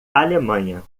alemanha